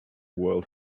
world